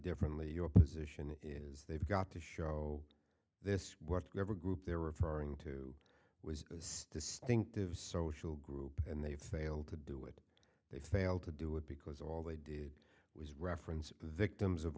differently your position is they've got to show this work every group they're referring to was distinctive social group and they failed to do it they failed to do it because all they did was reference the victims of